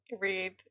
read